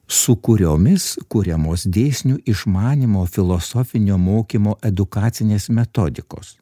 su kuriomis kuriamos dėsnių išmanymo filosofinio mokymo edukacinės metodikos